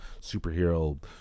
superhero